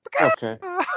okay